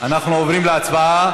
אנחנו עוברים להצבעה.